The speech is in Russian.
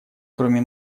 кроме